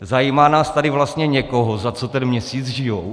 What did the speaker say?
Zajímá nás tady vlastně někoho, za co ten měsíc žijí?